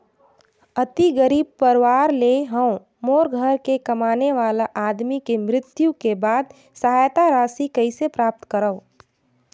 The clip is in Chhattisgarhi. अति गरीब परवार ले हवं मोर घर के कमाने वाला आदमी के मृत्यु के बाद सहायता राशि कइसे प्राप्त करव?